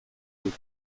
dut